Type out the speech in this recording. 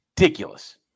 ridiculous